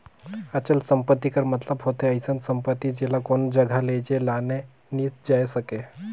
अचल संपत्ति कर मतलब होथे अइसन सम्पति जेला कोनो जगहा लेइजे लाने नी जाए सके